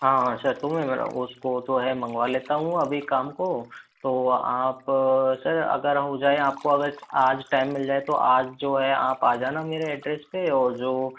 हाँ हाँ उसको जो है मंगवा लेता हूँ अभी शाम को तो आप सर अगर हो जाए आप को अगर आज टाइम मिल जाए तो आज जो है आप आ जाना मेरे एड्रेस पे और जो